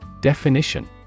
Definition